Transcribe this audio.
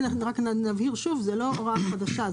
זו לא הוראה חדשה,